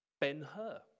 Ben-Hur